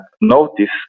notice